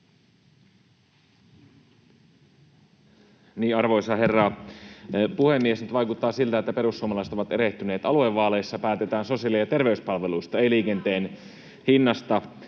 Arvoisa herra puhemies! Nyt vaikuttaa siltä, että perussuomalaiset ovat erehtyneet. Aluevaaleissa päätetään sosiaali‑ ja terveyspalveluista, [Perussuomalaisten